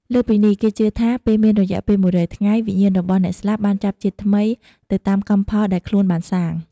លើសពីនេះ គេជឿថា ពេលមានរយៈពេល១០០ថ្ងៃ វិញ្ញាណរបស់អ្នកស្លាប់បាន ចាប់ជាតិថ្មី ទៅតាមកម្មផលដែលខ្លួនបានសាង។